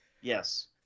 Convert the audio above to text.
Yes